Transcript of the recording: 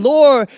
Lord